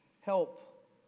help